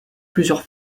plusieurs